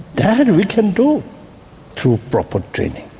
that we can do through proper training.